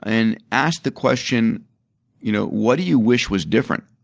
and ask the question you know what do you wish was different?